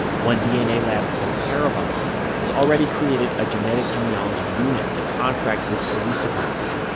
one dna lab called parabon has already created a genetic genealogy unit to contract with police departments.